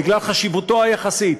בגלל חשיבותו היחסית,